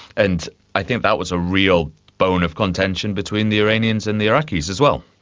and i think that was a real bone of contention between the iranians and the iraqis as well.